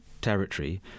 territory